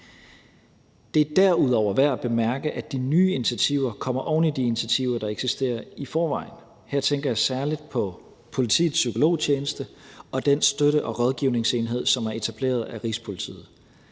Det er derudover værd at bemærke, at de nye initiativer kommer oven i de initiativer, der eksisterer i forvejen. Her tænker jeg særlig på politiets psykologtjeneste og den støtte- og rådgivningsenhed, som er etableret af Rigspolitiet.